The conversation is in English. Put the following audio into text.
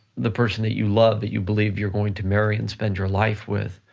the person that you love, that you believe you're going to marry and spend your life with,